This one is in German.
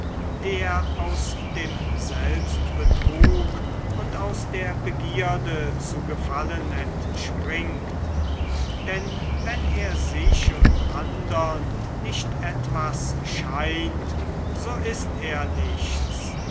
der aus dem selbstbetrug und aus der begierde zu gefallen entspringt denn wenn er sich und andern nicht etwas scheint so ist er nichts